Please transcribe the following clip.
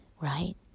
right